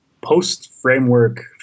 post-framework